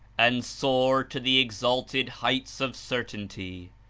and soar to the exalted heights of certainty.